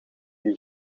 die